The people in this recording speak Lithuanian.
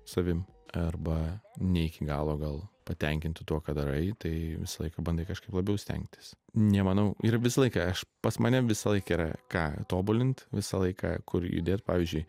savim arba ne iki galo gal patenkintu tuo ką darai tai visą laiką bandai kažkaip labiau stengtis nemanau ir visą laiką aš pas mane visąlaik yra ką tobulint visą laiką kur judėt pavyzdžiui